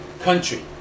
country